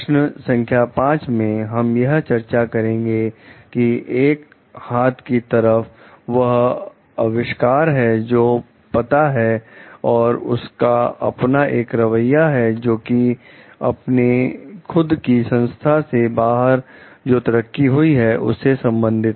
प्रश्न संख्या 5 में हम यह चर्चा करेंगे कि एक हाथ की तरफ वह अविष्कार हैं जो पता है और उनका अपना एक रवैया है जोकि अपनी खुद की संस्था के बाहर जो तरक्की हुई है उससे संबंधित